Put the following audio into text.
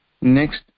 next